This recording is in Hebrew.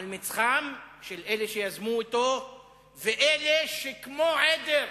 על מצחם של אלה שיזמו אותו ואלה שכמו עדר,